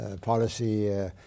policy